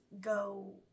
go